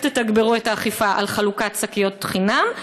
תתגברו את האכיפה על חלוקת שקיות חינם?